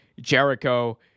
Jericho